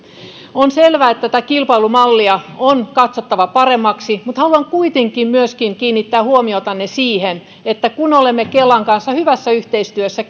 on selvä että tätä kilpailumallia on katsottava paremmaksi mutta haluan kuitenkin kiinnittää huomiotanne myöskin siihen että kun olemme kelan kanssa hyvässä yhteistyössä